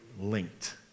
linked